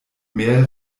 mehr